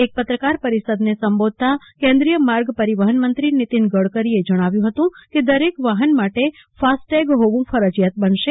એક પત્રકાર પરિષદને સંબોધતા કેન્દ્રીય માર્ગ પરિવહન મંત્રી નિતિન ગડકરીએ જણાવ્યું હતું કે દરેક વાહન માટે ફાસ્ટેગ હોવું ફરજીયાત બનશે